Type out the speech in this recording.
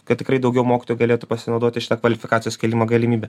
kad tikrai daugiau mokytojų galėtų pasinaudoti šita kvalifikacijos kėlimo galimybe